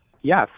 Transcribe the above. Yes